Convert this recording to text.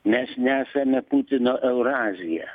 nes nesame putino eurazija